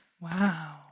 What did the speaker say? Wow